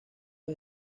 dos